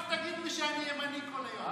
רק תגידו שאני ימני כל היום.